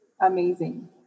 amazing